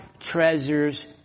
treasures